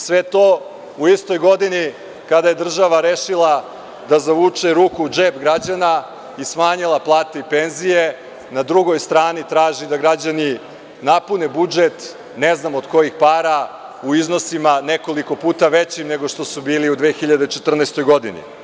Sve to u istoj godini kada je država rešila da zavuče ruku u džep građana i smanjila plate i penzije, a na drugoj strani traži da građani napune budžet, ne znam od kojih para, u iznosima nekoliko puta većim nego što su bili u 2014. godini.